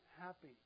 happy